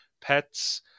pets